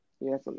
yes